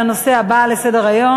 אנחנו עוברים לנושא הבא בסדר-היום: